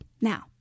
Now